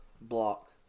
block